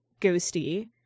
ghosty